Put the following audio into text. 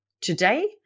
today